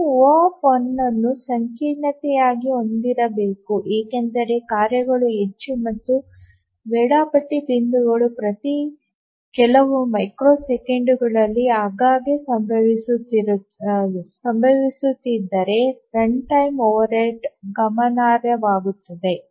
ನಾವು ಒ ಅನ್ನು ಸಂಕೀರ್ಣತೆಯಾಗಿ ಹೊಂದಿರಬೇಕು ಏಕೆಂದರೆ ಕಾರ್ಯಗಳು ಹೆಚ್ಚು ಮತ್ತು ವೇಳಾಪಟ್ಟಿ ಬಿಂದುಗಳು ಪ್ರತಿ ಕೆಲವು ಮೈಕ್ರೊ ಸೆಕೆಂಡುಗಳಲ್ಲಿ ಆಗಾಗ್ಗೆ ಸಂಭವಿಸುತ್ತಿದ್ದರೆ ರನ್ಟೈಮ್ ಓವರ್ಹೆಡ್ ಗಮನಾರ್ಹವಾಗುತ್ತದೆ